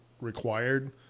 required